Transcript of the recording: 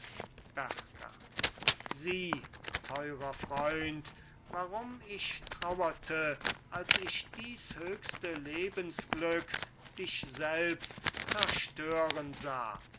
berta sieh teurer freund warum ich trauerte als ich dies höchste lebensglück dich selbst zerstören sah